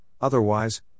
otherwise